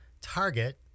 target